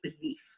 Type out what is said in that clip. belief